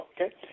Okay